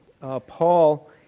Paul